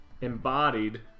embodied